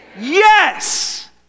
Yes